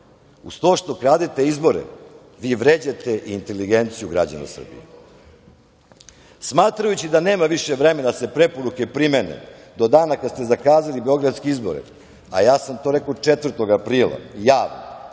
uz to što kradete izbore, vi vređate i inteligenciju građana Srbije. Smatrajući da nema više vremena da se preporuke primene do dana kada ste zakazali beogradske izbore, a ja sam to rekao 4. aprila javno,